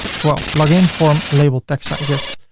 twelve. login form label text size yes,